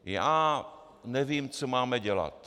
Já nevím, co máme dělat.